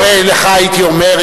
הרי לך הייתי אומר.